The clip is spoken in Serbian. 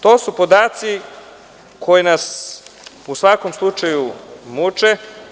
To su podaci koji nas u svakom slučaju muče.